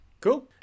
cool